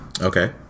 Okay